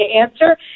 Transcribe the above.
answer